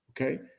Okay